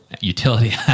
utility